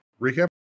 recap